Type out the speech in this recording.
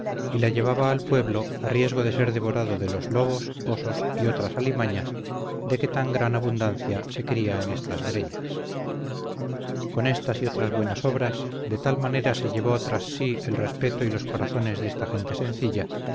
y la llevaba al pueblo a riesgo de ser devorado de los lobos osos y otras alimañas de que tan gran abundancia se cría en estas breñas con estas y otras buenas obras de tal manera se llevó tras sí el respeto y los corazones de esta gente sencilla